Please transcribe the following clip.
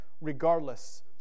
regardless